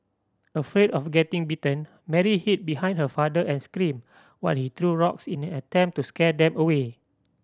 afraid of getting bitten Mary hid behind her father and screamed while he threw rocks in an attempt to scare them away